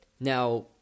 Now